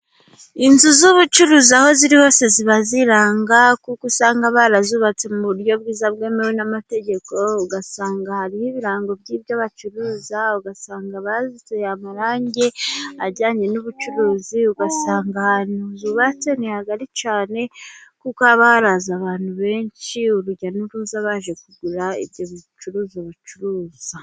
Inzu z'ubucuruzi aho ziri hose ziba ziranga. Kuko usanga barazubatse mu buryo bwiza bwemewe n'amategeko. Ugasanga hariho ibirango by'ibyo bacuruza. Ugasanga bazisize amarangi ajyanye n'ubucuruzi . Ugasanga ahantu zubatse ni hagari cyane kuko haba haraza abantu benshi , urujya n'uruza baje kugura ibyo bicuruzwa bacuruza.